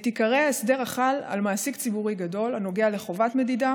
את עיקרי ההסדר החל על מעסיק ציבורי גדול הנוגע לחובת מדידה,